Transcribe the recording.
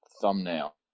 thumbnail